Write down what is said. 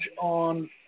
on